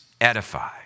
edify